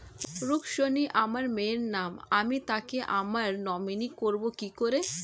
রুক্মিনী আমার মায়ের নাম আমি তাকে আমার নমিনি করবো কি করে?